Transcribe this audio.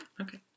Okay